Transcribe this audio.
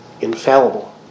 infallible